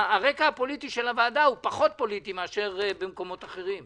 שהרקע הפוליטי של הוועדה הוא פחות פוליטי מאשר במקומות אחרים.